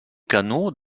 canaux